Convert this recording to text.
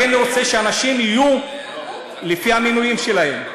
לכן, אני רוצה שאנשים יהיו לפי המינויים שלהם.